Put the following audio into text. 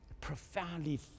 profoundly